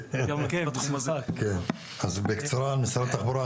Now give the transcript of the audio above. אז בקצרה משרד התחבורה,